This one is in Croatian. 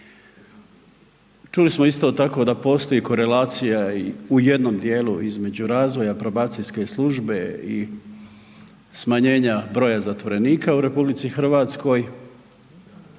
Čuli smo isto tako da postoji korelacija u jednom dijelu između razvoja probacijske službe i smanjenja broja zatvorenika u RH što